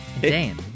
Dan